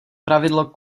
pravidlo